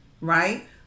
right